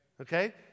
Okay